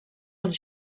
els